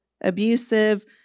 abusive